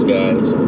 guys